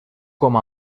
com